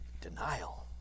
denial